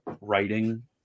writing